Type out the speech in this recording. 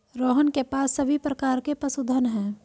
रोहन के पास सभी प्रकार के पशुधन है